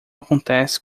acontece